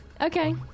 Okay